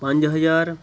ਪੰਜ ਹਜ਼ਾਰ